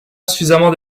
suffisamment